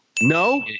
No